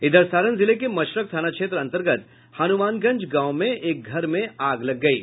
इधर सारण जिले के मशरख थाना क्षेत्र अंतर्गत हुनमानगंज गांव में एक घर में आग लग गयी